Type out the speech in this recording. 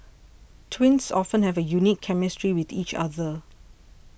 twins often have a unique chemistry with each other